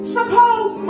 Suppose